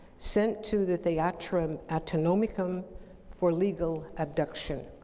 send to the theatrum anatomicum for legal obduction.